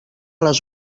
les